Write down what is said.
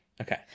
Okay